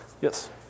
Yes